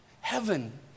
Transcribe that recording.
Heaven